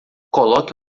coloque